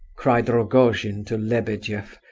cried rogojin to lebedeff,